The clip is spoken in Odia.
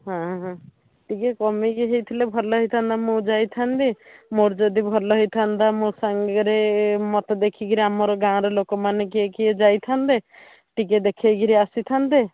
ହଁ ହଁ ଟିକିଏ କମେଇକି ହେଇଥିଲେ ଭଲ ହେଇଥାନ୍ତା ମୁଁ ଯାଇଥାନ୍ତି ମୋର ଯଦି ଭଲ ହେଇଥାନ୍ତା ମୋ ସାଙ୍ଗରେ ମୋତେ ଦେଖିକରି ଆମର ଗାଆଁର ଲୋକମାନେ କିଏ କିଏ ଯାଇଥାନ୍ତେ ଟିକିଏ ଦେଖେଇକରି ଆସିଥାନ୍ତେ